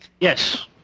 Yes